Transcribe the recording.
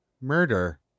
murder